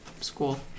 school